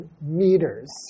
meters